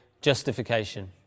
Justification